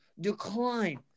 decline